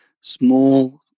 small